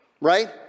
right